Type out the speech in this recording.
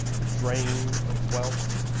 the drain of wealth,